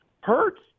Hurts